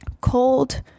Cold